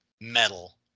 metal